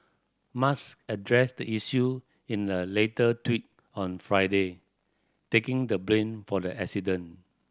Musk addressed the issue in a later tweet on Friday taking the blame for the accident